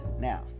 Now